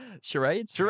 charades